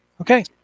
Okay